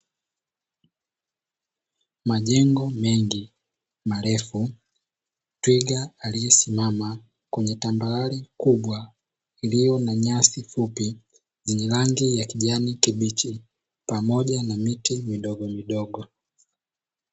Majengo mengi marefu twiga aliyesimama kwenye tambarare kubwa, iliyo na nyasi fupi zenye rangi ya kijani kibichi pamoja na miti midogomidogo.